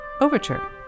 overture